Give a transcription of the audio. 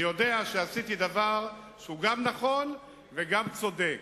אני יודע שעשיתי דבר שהוא גם נכון וגם צודק.